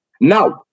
Now